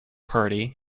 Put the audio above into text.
party